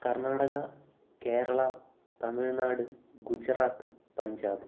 Karnataka Kerala Tamil Nadu Gujarat Punjab